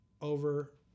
over